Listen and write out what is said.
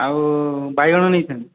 ଆଉ ବାଇଗଣ ନେଇଥାନ୍ତି